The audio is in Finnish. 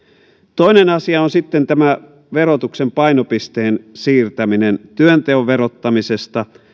toinen asia on sitten tämä verotuksen painopisteen siirtäminen työnteon verottamisesta